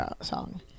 song